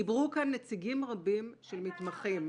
דיברו כאן נציגים רבים של מתמחים.